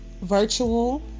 virtual